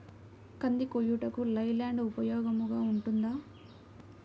కంది కోయుటకు లై ల్యాండ్ ఉపయోగముగా ఉంటుందా?